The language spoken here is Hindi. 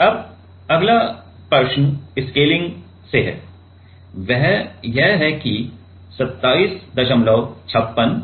अब अगला प्रश्न स्केलिंग से है वह यह है कि २७५६